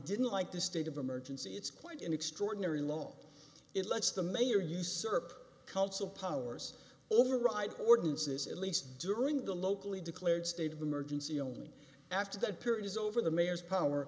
didn't like the state of emergency it's quite an extraordinary law it lets the mayor usurp council powers override ordinances at least during the locally declared state of emergency only after that period is over the mayor's power